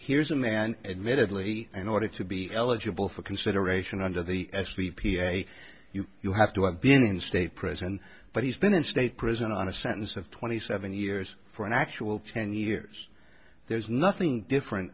here's a man admittedly in order to be eligible for consideration under the s e p a you have to have been in state prison but he's been in state prison on a sentence of twenty seven years for an actual ten years there's nothing different